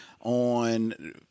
on